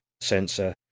sensor